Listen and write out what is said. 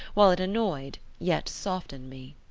while it annoyed, yet softened me.